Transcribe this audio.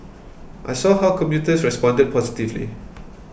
I saw how commuters responded positively